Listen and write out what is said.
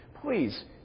Please